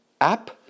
app